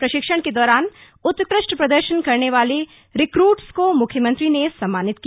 प्रशिक्षण के दौरान दौरान उत्कृष्ट प्रदर्शन करने वाले रिक्रिट्स को मुख्यमंत्री ने सम्मानित किया